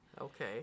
Okay